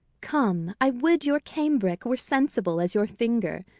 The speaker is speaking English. come i would your cambric were sensible as your finger,